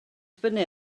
dibynnu